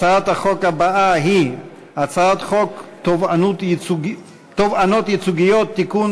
הצעת החוק הבאה היא הצעת חוק תובענות ייצוגיות (תיקון,